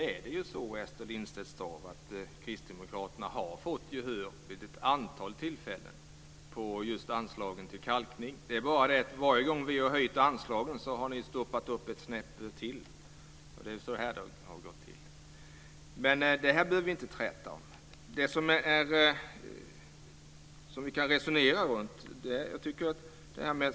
Fru talman! Kristdemokraterna har vid ett antal tillfällen fått gehör just när det gäller anslagen till kalkning. Men varje gång vi har höjt anslagen har ni hoppat upp ett snäpp till. Det behöver vi inte träta om.